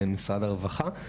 במשרד הרווחה.